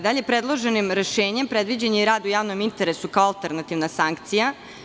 Dalje, predloženim rešenjem predviđen je i rad u javnom interesu, kao alternativna sankcija.